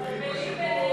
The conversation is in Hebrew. מרגישים כל הזמן,